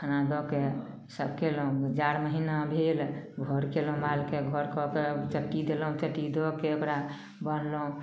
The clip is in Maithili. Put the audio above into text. खाना दऽ कऽ ई सब कयलहुँ जाड़ महिना भेल घर कयलहुँ मालके घर कऽ कऽ चट्टी देलहुँ चट्टी दऽ के ओकरा बन्हलहुँ